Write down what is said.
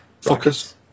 Focus